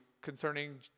concerning